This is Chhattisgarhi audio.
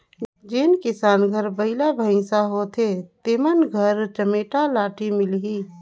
जेन किसान घर बइला भइसा होथे तेमन घर चमेटा लाठी मिलही